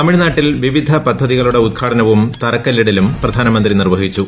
തമിഴ്നാട്ടിൽ വിവിധ പദ്ധതികളുടെ ഉദ്ഘാടനവും ന് തറക്കല്ലിടലും പ്രധാനമന്ത്രി നിർവ്വഹിച്ചു